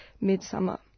Midsummer